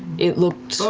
it looked so